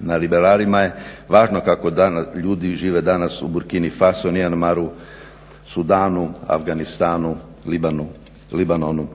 Na liberalima je važno kako ljudi žive danas u Burkini Faso, Mianmaru, Sudanu, Afganistanu, Libanonu.